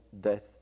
death